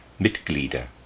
Mitglieder